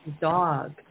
dog